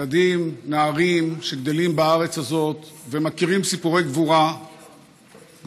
ילדים ונערים שגדלים בארץ הזאת ומכירים סיפורי גבורה גדולים